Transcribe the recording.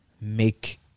make